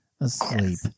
asleep